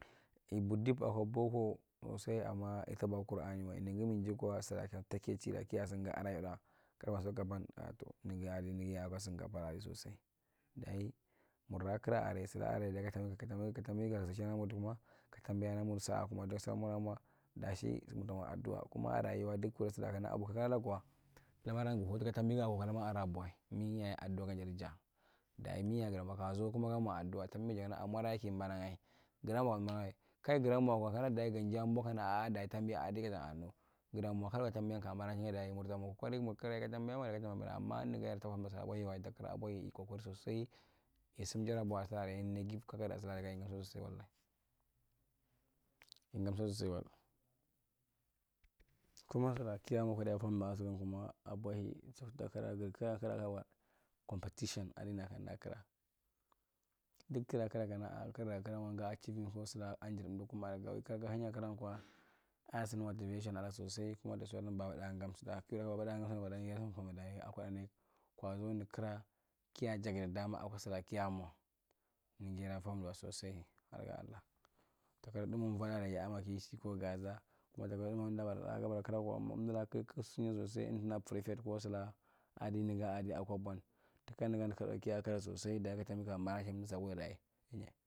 Ibu dip akwa boko sosai ama itabwa ko kur’aniwae nigi mijaikwa sira ki chiri gasu yotda gabara sun gabpan nigi a tow nigi yaadi nigi aa sin gabpan sosai dayi murra kira aray sukaren dayi ka tambi ka tambi katambia kasarchinaa lamur dukum’ma ka tambla namur sa’a kuma dasa mura mwa dashi murta’mwa aduwa kuma da rayuwa duksura surakamdu vakiralagu kwa lamaran gukulchin tuka tambi wakwa lamaran abuwae miiyaye aduwa gan jatu ja dayi miyaye gudamwa kwazo kuma ga mwa tambi jadi kana amwaraa kibananyae gira mwa magye ka giramwakwa kana ginjaa bong kana tambi adi kana now gada mwa kana ka tambian yaya banachingae dayi murtamwa kokari kumur kira ye kataambia murdi ka dayi tamwa’tna amma nigi aray tamwa mis abwachi wae amma a’bohi yikokaro sosai kinjai taarubo kackaadi emdinai giv aray kackidi aray sulaaka aray dayi yingadi sutda ivalahi ingamsuda sosai mana. Kuma sura kiya mwa kuda yafomda kwa sugan kuma abohi su takiragi kigaakira gamwa competition adi nakandaakira duk kira gan kana a kira ragaachiri how sulaa akwan jirdukum aray ka kana gaahinyae kiran kwa a sin motivation lagu sosai kuma da suran abadaagamsutda ki wula babada gamsua gan kwa dayi yafwfumai dayi akwadaa nai kwazo nirkira kiya jagdi dama akwa suraa kiyan mwa nigi yadaa fomdawae sosai harga allah takira dum vwadu araeya awa kishi ko gaaza mamtabama mandabara kenakra tamva kira kigsunya sosai emta nag prfet ko sulaka adi nigi adi akwa bwan takira nigan nigi kaa kira sosai dayi ka tambi kaya banachin nigi tu sura kwa dainyae.